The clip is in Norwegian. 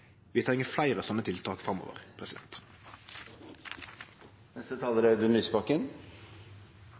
Vi treng fleire slike tiltak framover.